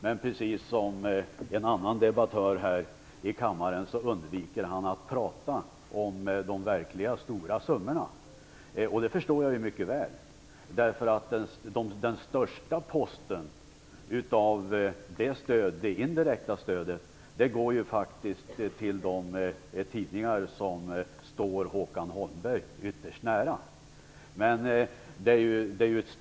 Men precis som en annan debattör här i kammaren undviker han att prata om de verkligt stora summorna. Det förstår jag mycket väl. Den största posten i det indirekta stödet går till de tidningar som står Håkan Holmberg ytterst nära.